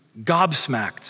gobsmacked